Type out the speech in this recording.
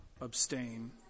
abstain